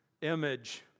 image